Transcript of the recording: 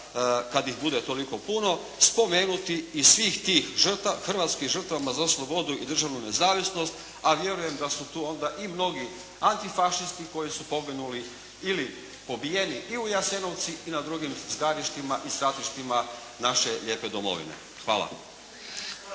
kad ih bude toliko puno, spomenuti i svih tih hrvatskim žrtvama za slobodu i državnu nezavisnost, a vjerujem da su tu onda i mnogi antifašisti koji su poginuli ili pobijeni i u Jasenovcu i na drugim zgarištima i stratištima naše lijepe domovine. Hvala.